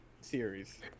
series